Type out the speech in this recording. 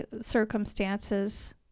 circumstances